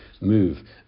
move